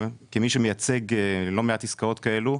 כמי שמייצג לא מעט עסקאות כאלו,